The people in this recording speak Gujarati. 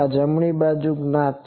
આ જમણી બાજુ જ્ઞાત છે